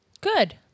Good